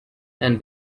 and